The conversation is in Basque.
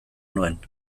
nuen